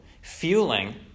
fueling